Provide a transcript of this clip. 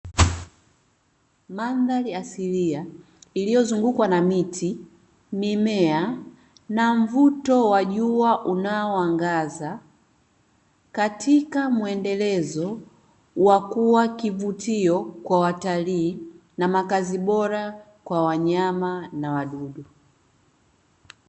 Mandhari asilia, iliyozungukwa na miti, mimea na mvuto wa jua unaoangaza katika muendelezo wa kuwa kivutio kwa watalii na makazi bora kwa wanyama na wadudu.